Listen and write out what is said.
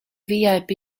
vip